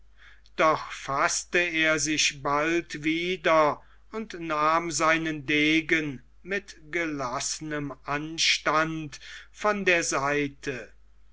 doch faßte er sich bald wieder und nahm seinen degen mit gelaßnem anstand von der seite